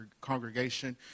congregation